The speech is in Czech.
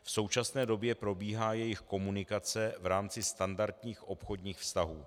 V současné době probíhá jejich komunikace v rámci standardních obchodních vztahů.